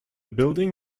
building